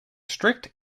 strict